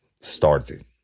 started